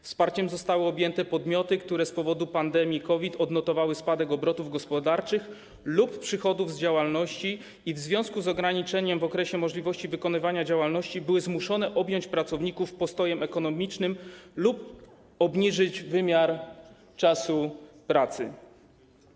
Wsparciem zostały objęte podmioty, które z powodu pandemii COVID odnotowały spadek obrotów gospodarczych lub przychodów z działalności i w związku z ograniczeniem możliwości wykonywania działalności były zmuszone objąć pracowników postojem ekonomicznym lub obniżyć wymiar czasu pracy.